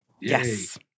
Yes